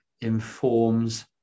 informs